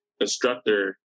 instructor